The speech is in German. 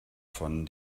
von